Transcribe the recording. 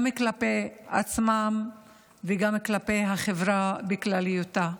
גם כלפי עצמם וגם כלפי החברה בכללותה.